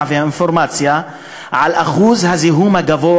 והאינפורמציה על אחוז הזיהום הגבוה